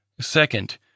Second